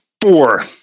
Four